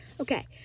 Okay